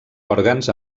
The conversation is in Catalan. òrgans